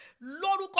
Lord